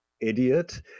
idiot